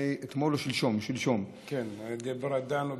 אתמול או שלשום, כן, כבר דנו בזה.